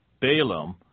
Balaam